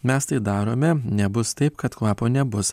mes tai darome nebus taip kad kvapo nebus